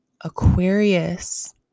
Aquarius